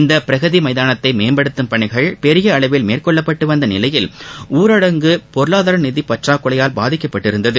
இந்தப் பிரகதி மைதானத்தை மேம்படுத்தும் பணிகள் பெரிய அளவில் மேற்கொள்ளப்பட்டு வந்த நிலையில் ஊரடங்கு பொருளாதார நிதி பற்றாக்குறையால் பாதிக்கப்பட்டிருந்தது